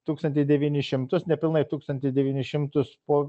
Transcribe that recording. tūkstantį devynis šimtus nepilnai tūkstantį devynis šimtus po